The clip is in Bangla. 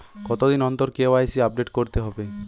কতদিন অন্তর কে.ওয়াই.সি আপডেট করতে হবে?